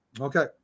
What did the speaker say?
okay